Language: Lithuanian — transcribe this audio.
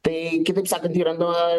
tai kitaip sakant yra nuo